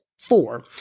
four